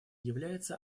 является